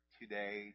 today